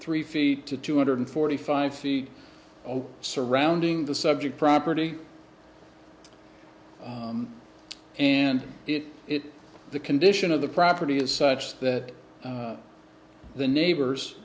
three feet to two hundred forty five feet surrounding the subject property and it is the condition of the property is such that the neighbors